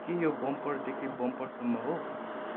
के यो बम्परदेखि बम्परसम्म हो